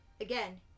Again